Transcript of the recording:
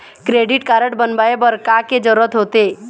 Credit card बनवाए बर का के जरूरत होते?